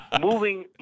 moving